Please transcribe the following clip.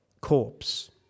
corpse